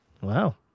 Wow